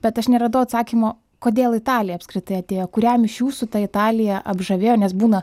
bet aš neradau atsakymo kodėl italija apskritai atėjo kuriam iš jūsų tą italija apžavėjo nes būna